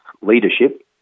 leadership